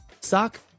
Sock